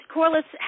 Corliss